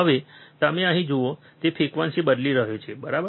હવે તમે અહીં જુઓ તે ફ્રીક્વન્સી બદલી રહ્યો છે બરાબર